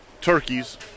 turkeys